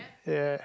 ya